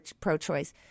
pro-choice